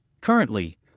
currently